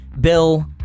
Bill